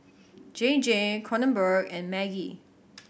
J J Kronenbourg and Maggi